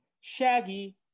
shaggy